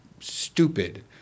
stupid